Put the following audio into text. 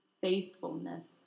faithfulness